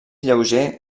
lleuger